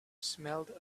smelled